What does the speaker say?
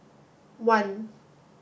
one